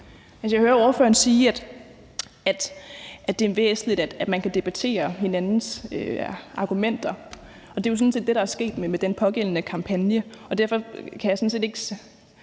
Jeg hører ordføreren sige, at det er væsentligt, at man kan debattere hinandens argumenter. Det er jo sådan set det, der er sket med den pågældende kampagne, og derfor kan jeg ikke